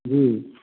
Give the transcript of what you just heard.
जी